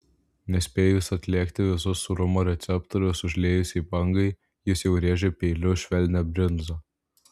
nespėjus atlėgti visus sūrumo receptorius užliejusiai bangai jis jau rėžia peiliu švelnią brinzą